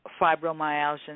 fibromyalgia